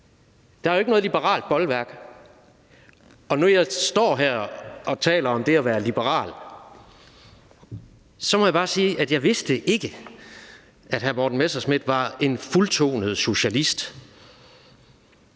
Der er jo ikke noget liberalt bolværk. Nu, hvor jeg står her og taler om det at være liberal, må jeg bare sige, at jeg vidste ikke, at hr. Morten Messerschmidt var en fuldtonet socialist.